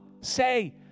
say